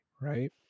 right